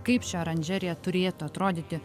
kaip ši oranžerija turėtų atrodyti